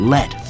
Let